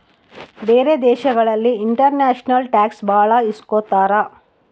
ಬೇರೆ ದೇಶದಲ್ಲಿ international tax ಭಾಳ ಇಸ್ಕೊತಾರ